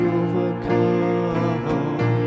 overcome